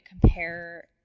compare